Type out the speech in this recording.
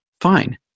Fine